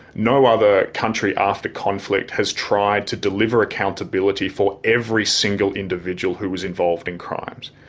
no other country after conflict has tried to deliver accountability for every single individual who was involved in crimes.